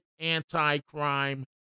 anti-crime